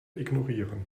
ignorieren